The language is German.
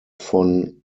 von